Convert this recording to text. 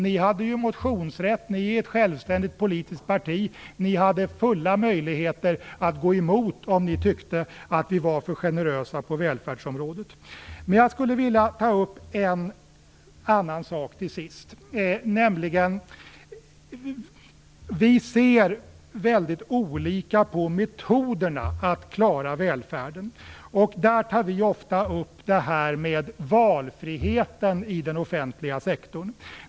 De hade motionsrätt - Socialdemokraterna är ju ett självständigt politiskt parti - och hade fulla möjligheter att gå emot om de tyckte att vi var för generösa på välfärdsområdet. Till sist skulle jag vilja ta upp en annan sak. Vi ser väldigt olika på metoderna att klara välfärden. Där tar vi ofta upp valfriheten i den offentliga sektorn.